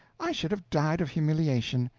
i should have died of humiliation!